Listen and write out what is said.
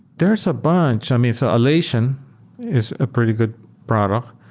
there's a bunch. i mean, so atlassian is a pretty good product.